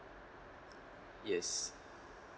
yes